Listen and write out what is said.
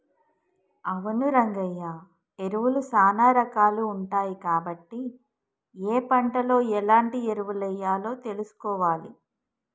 అవును రంగయ్య ఎరువులు సానా రాకాలు ఉంటాయి కాబట్టి ఏ పంటలో ఎలాంటి ఎరువులెయ్యాలో తెలుసుకోవాలి